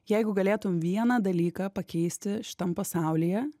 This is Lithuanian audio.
jeigu galėtum vieną dalyką pakeisti šitam pasaulyje